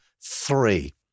three